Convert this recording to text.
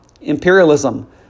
imperialism